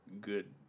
good